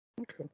Okay